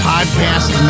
Podcast